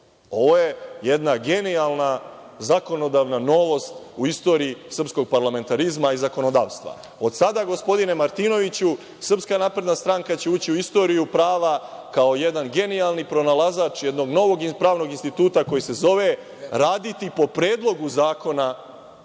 Ovo je jedna genijalna zakonodavna novost u istoriji srpskog parlamentarizma i zakonodavstva. Od sada, gospodine Martinoviću, SNS će ući u istoriju prava kao jedan genijalni pronalazač jednog novog pravnog instituta koji se zove – raditi po predlogu zakona